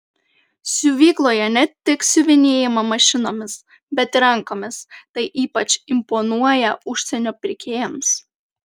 siuvykloje ne tik siuvinėjama mašinomis bet ir rankomis tai ypač imponuoja užsienio pirkėjams